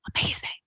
Amazing